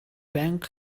байнга